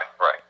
right